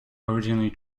originally